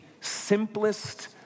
simplest